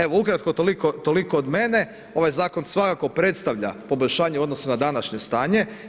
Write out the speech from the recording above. Evo, ukratko toliko od mene, ovaj zakon svakako predstavlja poboljšanje u odnosu na današnje stanje.